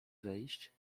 wejść